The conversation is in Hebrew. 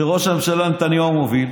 כשראש הממשלה נתניהו מוביל,